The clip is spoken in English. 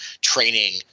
training